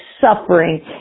suffering